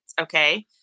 Okay